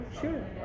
Sure